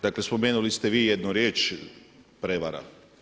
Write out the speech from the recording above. Dakle spomenuli ste vi jednu riječ prijevara.